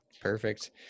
Perfect